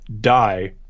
die